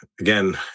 again